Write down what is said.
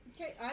Okay